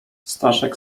staszek